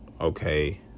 okay